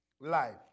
life